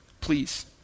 Please